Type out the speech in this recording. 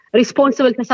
responsible